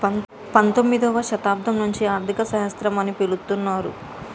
పంతొమ్మిదవ శతాబ్దం నుండి ఆర్థిక శాస్త్రం అని పిలుత్తున్నరు